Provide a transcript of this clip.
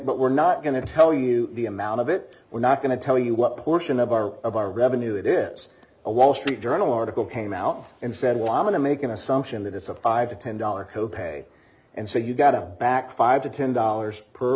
but we're not going to tell you the amount of it we're not going to tell you what portion of our of our revenue it is a wall street journal article came out and said want to make an assumption that it's a five to ten dollar co pay and so you've got a back five to ten dollars per